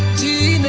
d